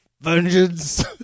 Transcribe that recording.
vengeance